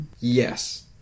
Yes